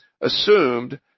assumed